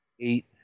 eight